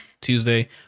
tuesday